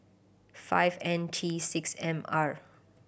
five N T six M R